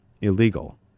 illegal